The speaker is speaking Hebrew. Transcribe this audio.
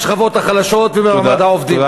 בשכבות החלשות ובמעמד העובדים.